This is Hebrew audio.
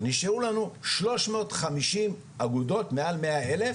נשארו לנו שלוש מאות חמישים אגודות מעל מאה אלף,